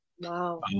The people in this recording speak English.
Wow